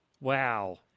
wow